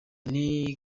nti